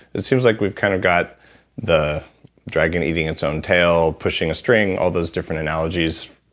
it seems like we've kind of got the dragon eating its own tail pushing a string, all those different analogies.